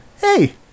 Hey